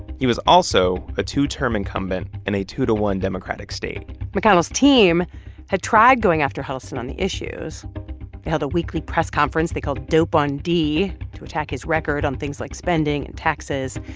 he was also a two-term incumbent in a two to one democratic state mcconnell's team had tried going after huddleston on the issues. they held a weekly press conference they called dope on dee to attack his record on things like spending and taxes.